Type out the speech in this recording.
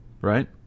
right